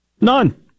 None